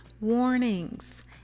warnings